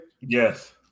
Yes